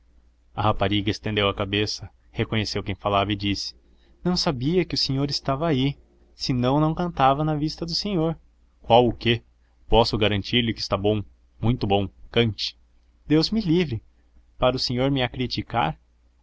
a rapariga estendeu a cabeça reconheceu quem falava e disse não sabia que o senhor estava aí senão não cantava na vista do senhor qual o quê posso garantir lhe que está bom muito bom cante deus me livre para o senhor me acriticar